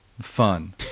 fun